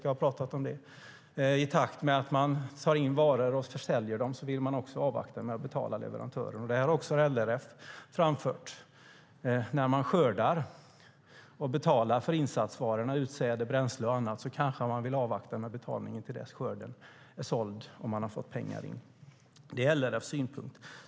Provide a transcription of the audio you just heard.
Men det handlar om att man i takt med att man tar in varor och säljer dem vill avvakta med att betala leverantören. Detta har också LRF framfört. När man skördar kanske man vill avvakta med betalningen för insatsvarorna - utsäde, bränsle och annat - till dess att skörden är såld och man har fått in pengar. Det är LRF:s synpunkt.